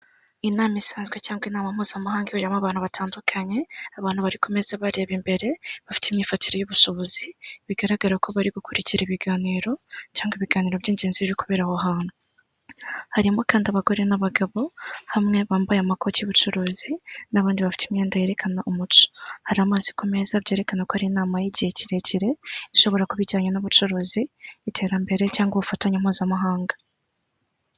Inama isanzwe cyangwa inama mpuzamahanga irimo abantu batandukanye abantu bari kumeza bareba imbere bafite imyifatire y'ubushobozi bigaragara ko bari gukurikira ibiganiro cyangwa ibiganiro by'ingenzi bi kubera aho hantu. Harimo kandi abagore n'abagabo hamwe bambaye amakoti'ubucuruzi n'abandi bafite imyenda yerekana umuco. Hari amazi ku meza byerekana ko ari inama y'igihe kirekire ishobora kuba ijyanye n'ubucuruzi n'iterambere cyangwa ubufatanye mpuzamahanga.